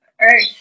earth